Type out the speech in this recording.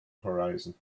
horizon